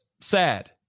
sad